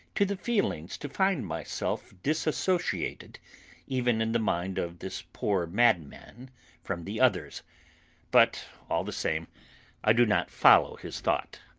to the feelings to find myself dissociated even in the mind of this poor madman from the others but all the same i do not follow his thought.